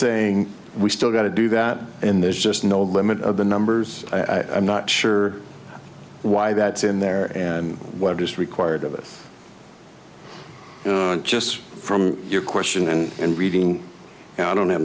saying we still got to do that and there's just no limit of the numbers i am not sure why that's in there and what is required of us just from your question and reading and i don't have